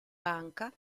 banca